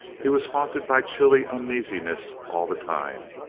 he was haunted by chilly uneasiness all the time.